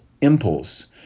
impulse